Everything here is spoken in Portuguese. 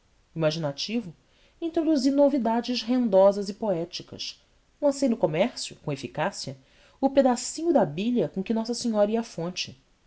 imaginativo introduzi novidades rendosas e poéticas lancei no comércio com eficácia o pedacinho da bilha com que nossa senhora ia à fonte